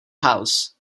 house